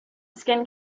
skin